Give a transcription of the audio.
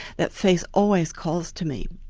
that face always calls to me'.